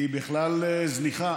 הוא בכלל זניח,